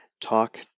talk